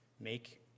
make